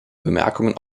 bemerkungen